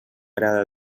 arada